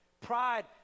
Pride